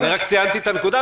רק ציינתי את הנקודה,